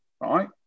right